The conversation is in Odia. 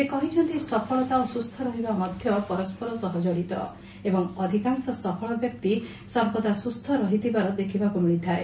ସେ କହିଛନ୍ତି ସଫଳତା ଓ ସୁସ୍ଥ ରହିବା ମଧ୍ଧ ପରସ୍ୱର ସହ ଜଡିତ ଏବଂ ଅଧିକାଂଶ ସଫଳ ବ୍ୟକ୍ତି ସର୍ବଦା ସୁସ୍ଥ ରହିଥିବାର ଦେଖିବାକୁ ମିଳିଥାଏ